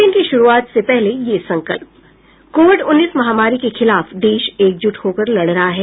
bulletin की शुरूआत से पहले ये संकल्प कोविड उन्नीस महामारी के खिलाफ देश एकजुट होकर लड़ रहा है